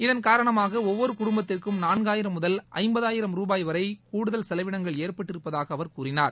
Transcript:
இதன் காரணமாக ஒவ்வொரு குடும்பத்திற்கும் நான்காயிரம் முதல் ஐம்பதாயிரம் ரூபாய் வரை கூடுதல் செலவினங்கள் ஏற்பட்டிருப்பதாக அவர் கூறினார்